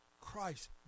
Christ